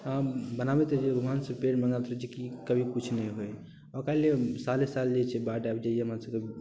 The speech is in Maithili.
बनाबैत रहै छै भगवानसँ प्रेर मनाबैत रहै छै कि कभी किछु नहि होय ओकरा लिए साले साले जे छै बाढ़ि आबि जाइए हमरासभके